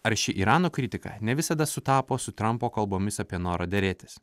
arši irano kritika ne visada sutapo su trumpo kalbomis apie norą derėtis